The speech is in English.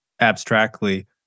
abstractly